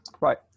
Right